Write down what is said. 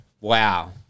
Wow